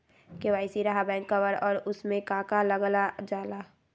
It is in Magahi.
के.वाई.सी रहा बैक कवर और उसमें का का लागल जाला?